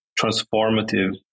transformative